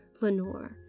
Lenore